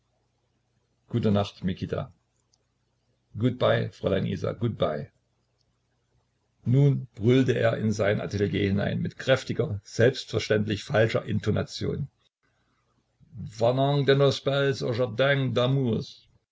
gute nacht mikita good bye fräulein isa good bye nun brüllte er in sein atelier hinein mit kräftiger und selbstverständlich falscher intonation